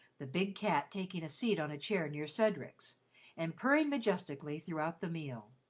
the big cat taking a seat on a chair near cedric's and purring majestically throughout the meal.